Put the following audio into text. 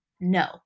no